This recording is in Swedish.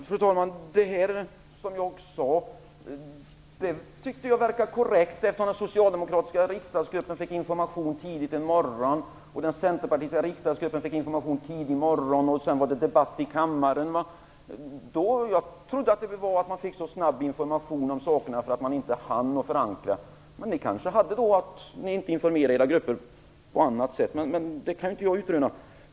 Fru talman! Jag tyckte att det jag sade verkade vara korrekt, eftersom den socialdemokratiska riksdagsgruppen fick information tidigt en morgon, den centerpartistiska riksdagsgruppen fick information tidigt en morgon och sedan var det debatt i kammaren. Jag trodde ni blev så snabbt informerade att ni inte hann förankra beslutet, men det kanske var andra skäl som gjorde att ni inte informerade era grupper. Det kan inte jag utröna.